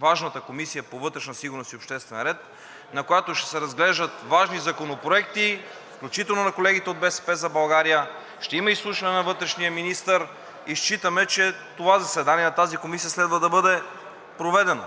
важната Комисия по вътрешна сигурност и обществен ред, на която ще се разглеждат важни законопроекти, включително на колегите от „БСП за България“, ще има изслушване на вътрешния министър и считаме, че това заседание на тази комисия следва да бъде проведено.